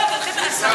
תודה, איילת.